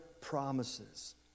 promises